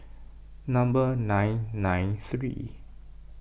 number nine nine three